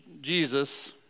Jesus